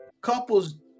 couples